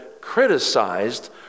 criticized